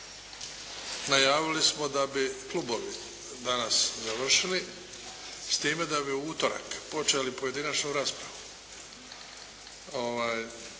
najavili smo da bi klubovi danas završili, s time da bi u utorak počeli pojedinačnu raspravu.